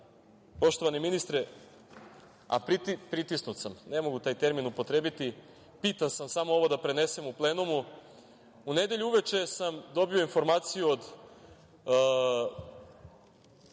poštovani ministre, a pritisnut sam, ne mogu taj termin upotrebiti, pitan sam samo ovo da prenesem u plenumu, u nedelju uveče sam dobio informaciju od